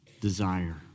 desire